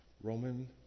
Roman